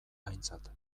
aintzat